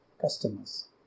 customers